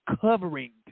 covering